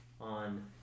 on